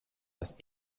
das